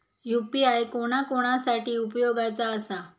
UPI कोणा कोणा साठी उपयोगाचा आसा?